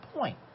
point